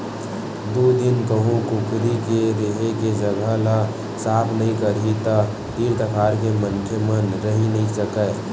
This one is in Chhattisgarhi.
दू दिन कहूँ कुकरी के रेहे के जघा ल साफ नइ करही त तीर तखार के मनखे मन रहि नइ सकय